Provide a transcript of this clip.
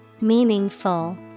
Meaningful